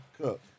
cook